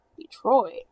Detroit